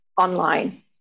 online